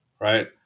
right